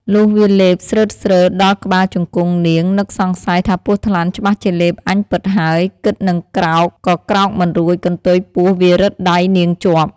លុះវាលេបស្រឺតៗដល់ក្បាលជង្គង់នាងនឹកសង្ស័យ ថាពស់ថ្លាន់ច្បាស់ជាលេបអញពិតហើយ គិតនិងក្រោក ក៏ក្រោកមិនរួចកន្ទុយពស់វារឹតដៃនាងជាប់។